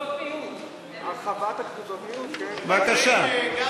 הרחבת, בבקשה.